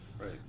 Right